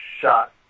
shot